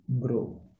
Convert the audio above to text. grow